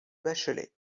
bachelay